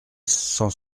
cent